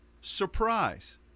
surprise